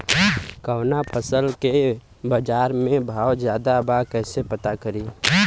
कवना फसल के बाजार में भाव ज्यादा बा कैसे पता करि?